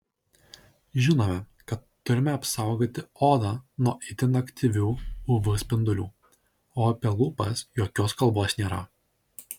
žinome kad turime apsaugoti odą nuo itin aktyvių uv spindulių o apie lūpas jokios kalbos nėra